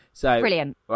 Brilliant